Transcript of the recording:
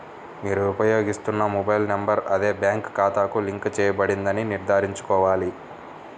మీరు ఉపయోగిస్తున్న mobile number అదే బ్యాంక్ ఖాతాకు లింక్ చేయబడిందని నిర్ధారించుకోవాలి